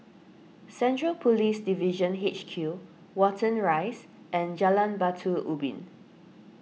Central Police Division H Q Watten Rise and Jalan Batu Ubin